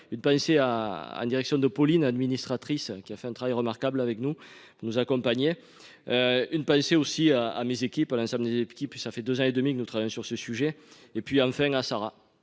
Une pensée à à en direction de Pauline administratrice qui a fait un travail remarquable avec nous nous accompagner. Une pensée aussi à à mes équipes Alain samedi les petits puis ça fait 2 ans et demi que nous travaillons sur ce sujet et puis enfin à Sarah,